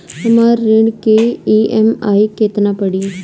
हमर ऋण के ई.एम.आई केतना पड़ी?